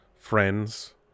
Friends